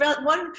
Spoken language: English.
one